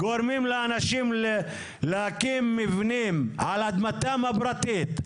גורמים לאנשים להקים מבנים על אדמתם הפרטית,